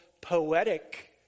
poetic